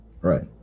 Right